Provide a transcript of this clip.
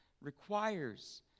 requires